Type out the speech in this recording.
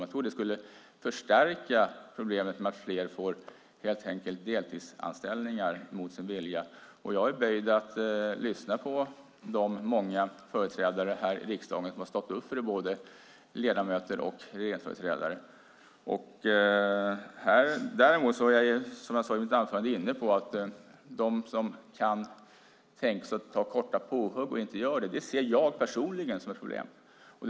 Man tror att det skulle förstärka problemet med att fler får helt enkelt deltidsanställningar mot sin vilja. Och jag är böjd att lyssna på de många företrädare här i riksdagen som har stått upp för det, både ledamöter och regeringsföreträdare. Däremot, som jag var inne på i mitt anförande, ser jag personligen det som ett problem att människor som kan tänka sig att ta korta påhugg inte gör det.